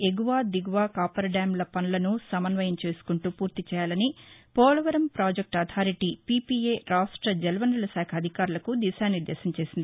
ఎగువ దిగువ కాఫర్ డ్యామ్ల పనులను సమన్వయం చేసుకుంటూ ఫూర్తిచేయాలని పోలవరం ప్రాజెక్టు అథారిటీ పీవీఏ రాష్ట జలవనరుల శాఖ అధికారులకు దిశానిర్దేశం చేసింది